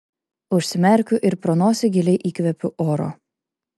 užsimerkiu ir pro nosį giliai įkvėpiu oro